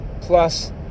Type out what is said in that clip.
plus